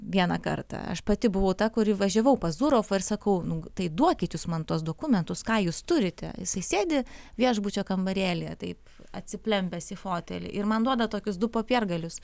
vieną kartą aš pati buvau ta kuri važiavau pas zurofą ir sakau tai duokit jūs man tuos dokumentus ką jūs turite jisai sėdi viešbučio kambarėlyje taip atsiplempęs į fotelį ir man duoda tokius du popiergalius